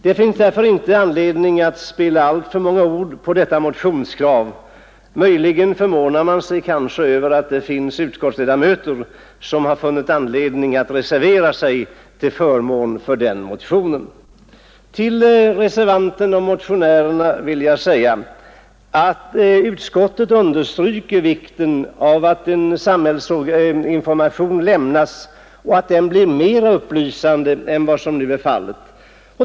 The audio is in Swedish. Det finns därför inte anledning att spilla alltför många ord på detta motionskrav; möjligen förvånar jag mig över att det finns utskottsledamöter som har funnit anledning att reservera sig till förmån för den motionen. Jag vill säga till motionärerna och reservanterna att utskottsmajoriteten understryker vikten av att samhällsinformation lämnas och att den blir mer upplysande än vad som nu är fallet.